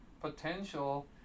potential